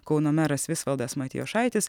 kauno meras visvaldas matijošaitis